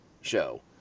show